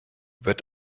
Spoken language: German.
wird